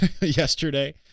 yesterday